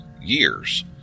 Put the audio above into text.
years